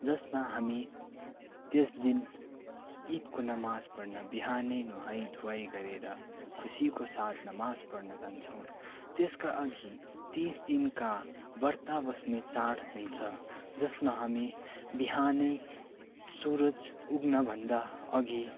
जसमा हामी त्यसदिन ईदको नमाज पढ्न बिहानै नुहाइधुवाइ गरेर खुसीको साथमा नमाज पढ्न जान्छौँ त्यसका अघि तिस दिनका ब्रत बस्ने चाड हुन्छ जसमा हामी बिहानै सुरज उग्नभन्दा अघि